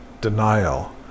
denial